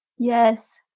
Yes